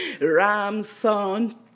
ramson